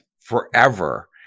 forever